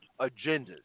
agendas